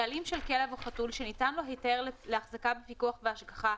בעלים של כלב או חתול שניתן לו היתר להחזקה בפיקוח והשגחה,